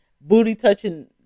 booty-touching